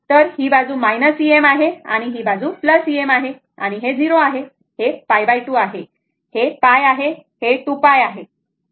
तर ही बाजू मायनस Em आहे आणि ही बाजू Em आहे आणि हे 0 आहे हे π2 आहे हे π आहे हे 2 π आहे बरोबर